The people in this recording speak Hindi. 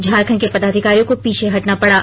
झारखंड को पदाधिकारियों को पीछे हटना पड़ा